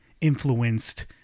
influenced